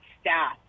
staff